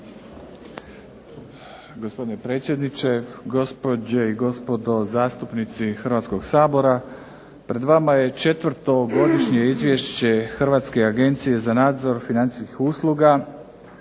Gospodine predsjedniče, gospođe i gospodo zastupnici Hrvatskog sabora. Pred vama je 4. Godišnje izvješće Hrvatske agencije za nadzor financijskih usluga.